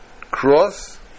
cross